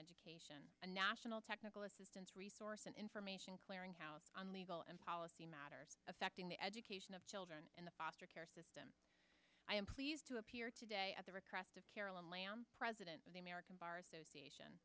education a national technical assistance resource and information clearinghouse on legal and policy matters affecting the education of children in the foster care system i am pleased to appear today at the request of carolyn land president of the american bar association